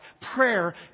Prayer